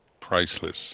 priceless